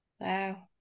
Wow